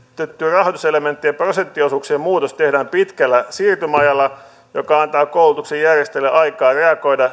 rahoituselementtien prosenttiosuuksien muutos tehdään pitkällä siirtymäajalla joka antaa koulutuksen järjestäjille aikaa reagoida